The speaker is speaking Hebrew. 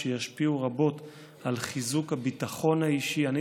שישפיעו רבות על חיזוק הביטחון האישי בחברה הערבית.